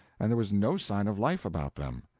and there was no sign of life about them.